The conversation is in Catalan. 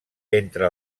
entre